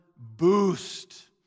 boost